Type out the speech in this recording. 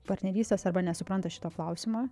partnerystės arba nesupranta šito klausimo